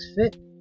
Fit